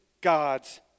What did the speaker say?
God's